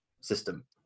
system